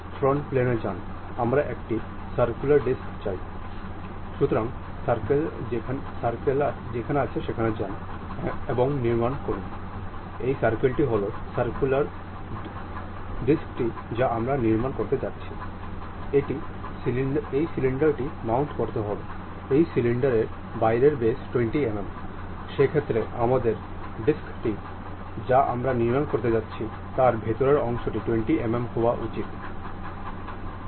সুতরাং শেষ পর্যন্ত আমি আপনাকে এক্সপ্লোর করা দৃষ্টিভঙ্গি সম্পর্কেও বলতে চাই যা আমরা প্রাথমিকভাবে কাঁচি বাতাস উইন্ডমিল এবং ট্র্যাক্টরের ক্ষেত্রে দেখেছি